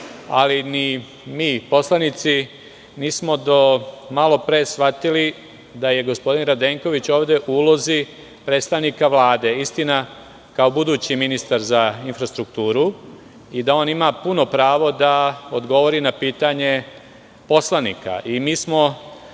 ali ni mi poslanici nismo do malopre shvatili da je gospodin Radenković ovde u ulozi predstavnika Vlade, istina, kao budući ministar za infrastrukturu i da on ima puno pravo da odgovori na pitanje poslanika. Bili smo